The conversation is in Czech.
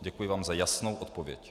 Děkuji vám za jasnou odpověď.